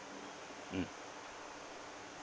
mm